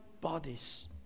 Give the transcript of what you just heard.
bodies